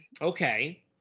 Okay